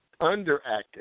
Underactive